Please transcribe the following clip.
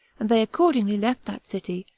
and they accordingly left that city,